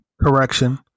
Correction